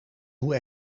hoe